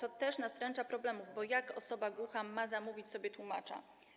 To też nastręcza problemów, bo jak osoba głucha ma zamówić sobie tłumacza?